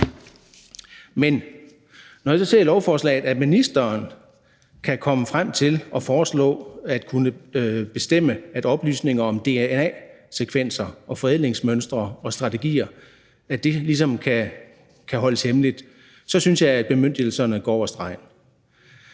Men når jeg så ser i lovforslaget, at ministeren kan komme frem til at foreslå at kunne bestemme, at oplysninger om dna-sekvenser og forædlingsmønstre og -strategier ligesom kan holdes hemmeligt, synes jeg, at bemyndigelserne går over stregen.